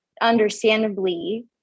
understandably